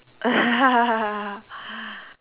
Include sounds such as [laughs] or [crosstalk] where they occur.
ya [laughs]